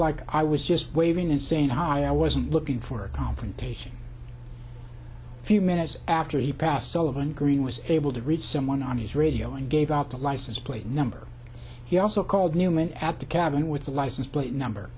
like i was just waving and saying i wasn't looking for a confrontation a few minutes after he passed so given green was able to reach someone on his radio and gave out the license plate number he also called newman at the cabin with the license plate number